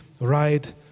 right